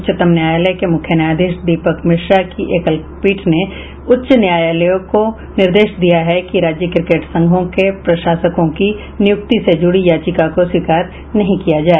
उच्चतम न्यायालय के मुख्य न्यायाधीश दीपक मिश्र की पीठ ने उच्च न्यायालयों को निर्देश दिया है कि राज्य क्रिकेट संघों के प्रशासकों की नियुक्ति से जुड़ी याचिका को स्वीकार नहीं किया जाए